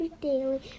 daily